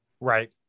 Right